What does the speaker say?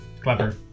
Clever